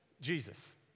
Jesus